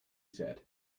said